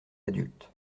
adultes